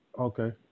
Okay